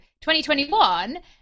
2021